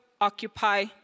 occupy